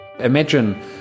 imagine